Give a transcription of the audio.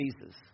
Jesus